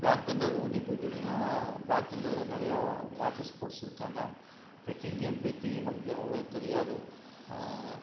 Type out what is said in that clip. black Thunder Ooty போயிட்டிங்கள்னா Black தண்டரில் நிறையா வாட்டர் ஸ்போர்ட்ஸ் இருக்கு அங்கே டிரெக்கிங்கை பற்றி நமக்கு அவ்வளோ தெரியாது